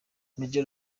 major